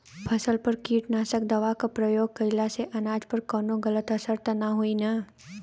फसल पर कीटनाशक दवा क प्रयोग कइला से अनाज पर कवनो गलत असर त ना होई न?